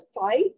fight